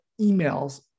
emails